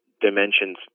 dimensions